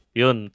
yun